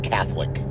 Catholic